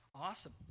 Awesome